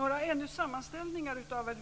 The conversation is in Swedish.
Fru talman! Några sammanställningar av